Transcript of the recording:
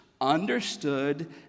understood